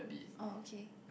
oh okay